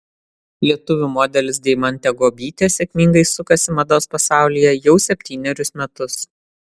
lietuvių modelis deimantė guobytė sėkmingai sukasi mados pasaulyje jau septynerius metus